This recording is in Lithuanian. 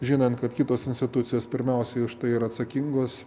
žinant kad kitos institucijos pirmiausiai už tai yra atsakingos